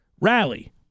rally